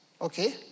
okay